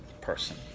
person